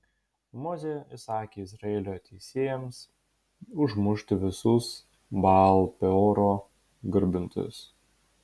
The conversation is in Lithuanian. mozė įsakė izraelio teisėjams užmušti visus baal peoro garbintojus